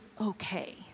okay